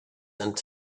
and